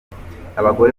abagore